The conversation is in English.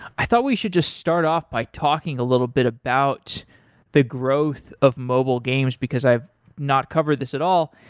i thought we should just start off by talking a little bit about the growth of mobile games, because i've not covered this at all.